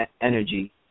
energy